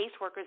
caseworkers